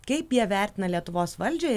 kaip jie vertina lietuvos valdžią